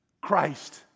Christ